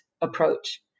approach